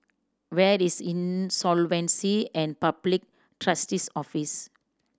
where is Insolvency and Public Trustee's Office